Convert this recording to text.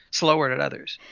slower at at others.